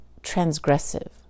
transgressive